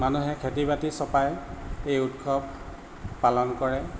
মানুহে খেতি বাতি চপাই এই উৎসৱ পালন কৰে